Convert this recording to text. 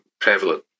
prevalent